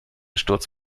sturz